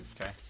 Okay